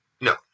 No